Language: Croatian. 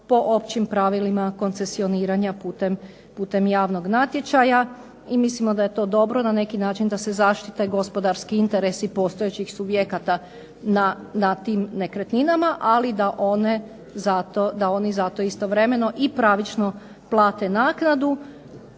po općim pravilima koncesioniranja putem javnog natječaja. I mislimo da je to dobro, na neki način da se zaštite gospodarski interesi postojećih subjekata na tim nekretninama, ali da oni za to istovremeno i pravično plate naknadu.